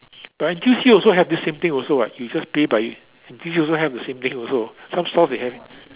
but N_T_U_C also have the same thing also what you just pay by N_T_U_C also have the same thing also some stalls they have